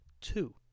Two